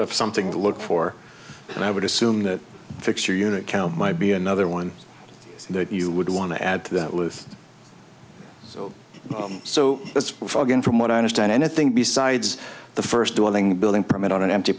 of something to look for and i would assume that fixture unit count might be another one that you would want to add to that list so it's again from what i understand anything besides the first dwelling building permit on an empty